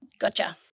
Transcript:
Gotcha